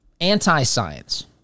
anti-science